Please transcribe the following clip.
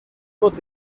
tot